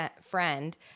friend